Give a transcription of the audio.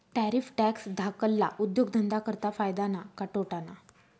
Tariff tax धाकल्ला उद्योगधंदा करता फायदा ना का तोटाना?